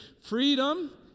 Freedom